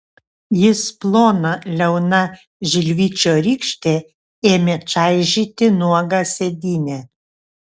jis plona liauna žilvičio rykšte ėmė čaižyti nuogą sėdynę